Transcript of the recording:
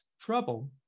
trouble